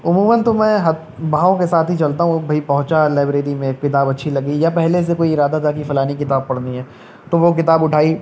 عموماً تو میں بہاؤ کے ساتھ ہی چلتا ہوں بھائی پہنچا لائبریری میں کتاب اچھی لگی یا پہلے سے کوئی ارادہ تھا کہ فلانی کتاب پڑھنی ہے تو وہ کتاب اٹھائی